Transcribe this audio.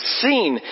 seen